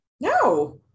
No